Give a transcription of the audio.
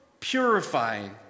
purifying